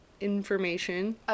information